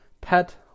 pet